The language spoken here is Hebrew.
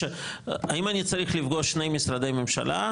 האם אני צריך לפגוש שני משרדי ממשלה,